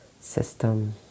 system